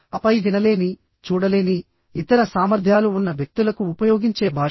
ఆపై వినలేని చూడలేని ఇతర సామర్ధ్యాలు ఉన్న వ్యక్తులకు ఉపయోగించే భాష